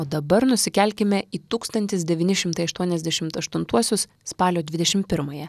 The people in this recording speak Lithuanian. o dabar nusikelkime į tūkstantis devyni šimtai aštuoniasdešimt aštuntuosius spalio dvidešimt pirmąją